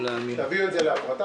עוד לא, לאט-לאט.